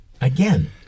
again